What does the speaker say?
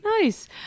Nice